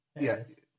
yes